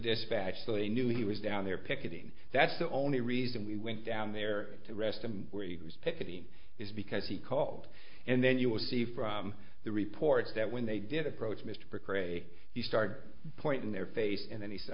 dispatch they knew he was down there picketing that's the only reason we went down there to arrest him where he was picketing is because he called and then you will see from the report that when they did approach mr parker a few start point in their face and then he said